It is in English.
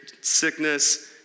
Sickness